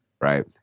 right